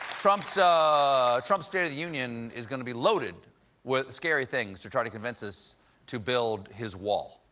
trump's ah ah trump's state of the union is going to be loaded with scary things to try to convince us to build his wall.